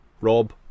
Rob